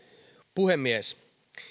puhemies